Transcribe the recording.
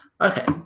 Okay